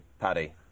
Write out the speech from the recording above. Paddy